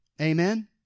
Amen